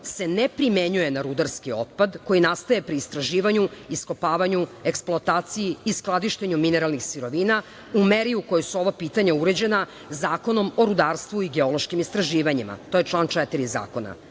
se ne primenjuje na rudarski otpad koji nastaje pri istraživanju, iskopavanju, eksploataciji i skladištenju mineralnih sirovina u meri u kojoj su ova pitanja uređena Zakonom o rudarstvu i geološkim istraživanjima, to je član 4. zakona,